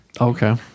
Okay